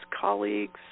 colleagues